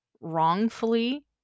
wrongfully